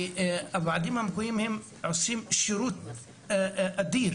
הוועדים המקומיים עושים שירות אדיר